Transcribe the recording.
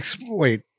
wait